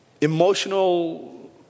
emotional